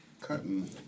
cutting